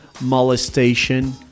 molestation